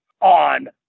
on